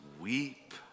weep